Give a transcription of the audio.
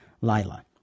Lila